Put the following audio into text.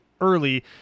early